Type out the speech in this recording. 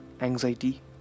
anxiety